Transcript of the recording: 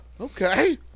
Okay